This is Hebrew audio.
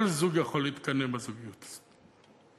כל זוג יכול להתקנא בזוגיות הזאת.